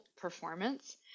performance